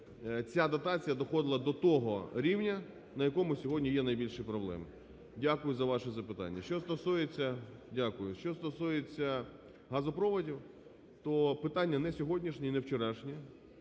ця дотація доходила до того рівня, на якому сьогодні є найбільші проблеми. Дякую за ваше запитання. Що стосується… дякую. Що стосується газопроводів, то питання не сьогоднішнє і не вчорашнє.